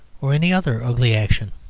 or any other ugly action.